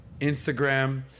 instagram